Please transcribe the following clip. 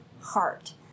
heart